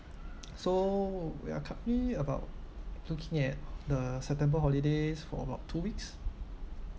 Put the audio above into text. so we are about looking at the september holidays for about two weeks